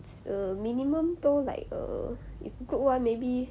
err minimum 都 like err if good [one] maybe